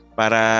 para